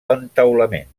entaulament